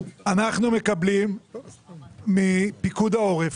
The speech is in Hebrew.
אנחנו מקבלים מפיקוד העורף,